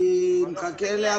נכון להיום,